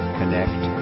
connect